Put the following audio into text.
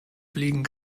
fliegen